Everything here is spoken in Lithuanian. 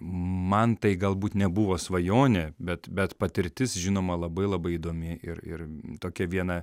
man tai galbūt nebuvo svajonė bet bet patirtis žinoma labai labai įdomi ir ir tokia viena